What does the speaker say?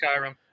Skyrim